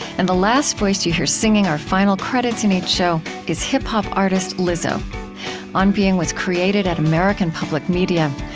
and the last voice that you hear singing our final credits in each show is hip-hop artist lizzo on being was created at american public media.